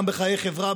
גם בחיי החברה,